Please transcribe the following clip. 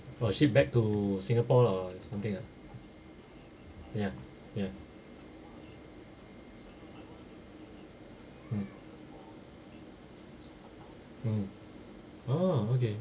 !wah! ship back to singapore lah or something ah ya ya mm mm oh okay